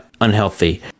unhealthy